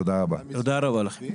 תודה רבה, הישיבה הזו נעולה.